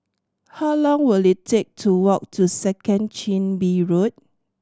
how long will it take to walk to Second Chin Bee Road